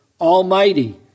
almighty